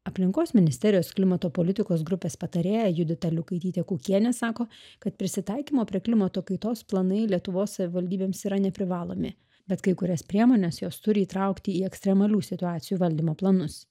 aplinkos ministerijos klimato politikos grupės patarėja judita liukaitytė kukienė sako kad prisitaikymo prie klimato kaitos planai lietuvos savivaldybėms yra neprivalomi bet kai kurias priemones jos turi įtraukti į ekstremalių situacijų valdymo planus